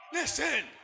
Listen